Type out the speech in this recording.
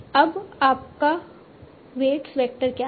अब आपका weights vector क्या है